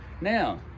Now